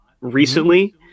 recently